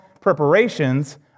preparations